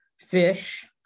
fish